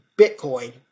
Bitcoin